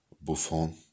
Buffon